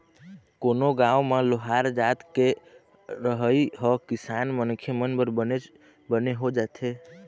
कोनो गाँव म लोहार जात के रहई ह किसान मनखे मन बर बनेच बने हो जाथे